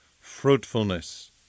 fruitfulness